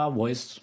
voice